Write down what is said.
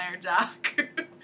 Doc